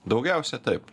daugiausia taip